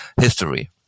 history